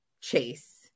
chase